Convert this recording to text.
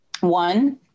One